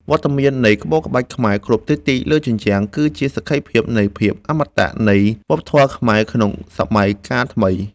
វត្តមាននៃក្បូរក្បាច់ខ្មែរគ្រប់ទិសទីលើជញ្ជាំង គឺជាសក្ខីភាពនៃភាពអមតៈនៃវប្បធម៌ខ្មែរក្នុងសម័យកាលថ្មី។